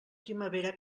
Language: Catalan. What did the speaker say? primavera